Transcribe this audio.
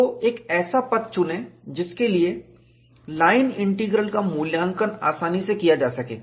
तो एक ऐसा पथ चुनें जिसके लिए लाइन इंटीग्रल का मूल्यांकन आसानी से किया जा सके